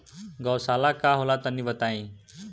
गौवशाला का होला तनी बताई?